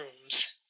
rooms